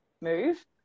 move